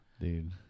Dude